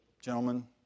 gentlemen